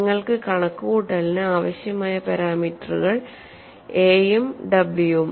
നിങ്ങൾക്ക് കണക്കുകൂട്ടലിന് ആവശ്യമായ പാരാമീറ്ററുകൾ a ഉം w ഉം